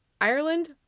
Ireland